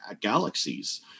galaxies